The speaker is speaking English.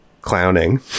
clowning